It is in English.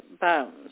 bones